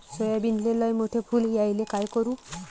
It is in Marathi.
सोयाबीनले लयमोठे फुल यायले काय करू?